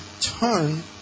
turn